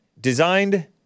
designed